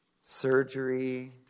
surgery